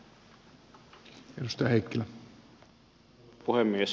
arvoisa puhemies